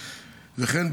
וכן,